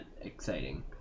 exciting